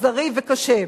אכזרי וקשה.